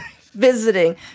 visiting